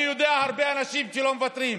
כי אני יודע שהרבה אנשים לא מוותרים.